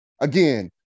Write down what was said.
Again